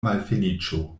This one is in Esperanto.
malfeliĉo